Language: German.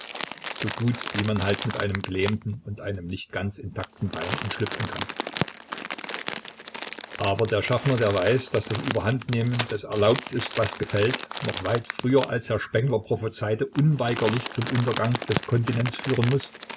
so gut wie man halt mit einem gelähmten und einem nicht ganz intakten bein entschlüpfen kann aber der schaffner der weiß daß das überhandnehmen des erlaubt ist was gefällt noch weit früher als herr spengler prophezeite unweigerlich zum untergang des kontinents führen muß